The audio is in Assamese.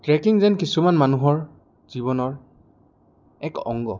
ট্ৰেকিং যেন কিছুমান মানুহৰ জীৱনৰ এক অংগ